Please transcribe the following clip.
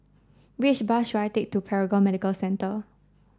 which bus should I take to Paragon Medical Centre